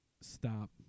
stop